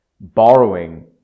borrowing